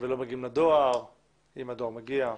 ולא מגיעים לדואר אם הדואר מגיע.